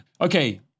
Okay